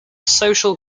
social